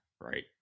right